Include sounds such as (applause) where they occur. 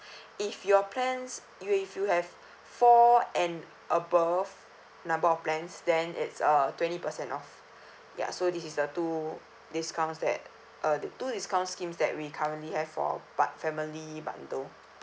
(breath) if your plan if you have four and above number of plans then it's a twenty percent off ya so this is the two discounts that uh the two discount schemes that we currently have for bu~ family bundle